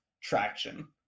traction